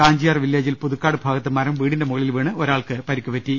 കാഞ്ചിയാർ വില്ലേജിൽ പുതുക്കാട് ഭാഗത്ത് മരം വീടിന്റെ മുകളിൽ വീണ് ഒരാൾക്ക് പരിക്കേറ്റു